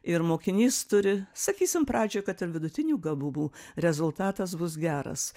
ir mokinys turi sakysim pradžioj kad ir vidutinių gabumų rezultatas bus geras